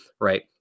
right